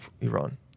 Iran